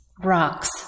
rocks